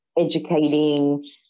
educating